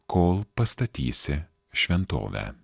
kol pastatysi šventovę